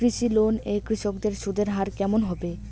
কৃষি লোন এ কৃষকদের সুদের হার কেমন হবে?